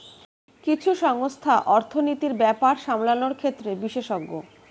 কিছু সংস্থা অর্থনীতির ব্যাপার সামলানোর ক্ষেত্রে বিশেষজ্ঞ